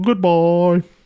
Goodbye